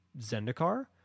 Zendikar